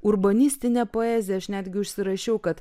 urbanistinė poezija aš netgi užsirašiau kad